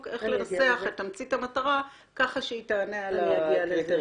איך לנסח את תמצית המטרה ככה שהיא תענה על הקריטריונים.